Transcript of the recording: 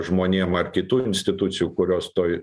žmonėm ar kitų institucijų kurios toj